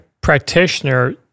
practitioner